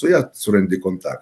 su ja surandi kontaktą